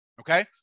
Okay